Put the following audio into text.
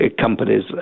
Companies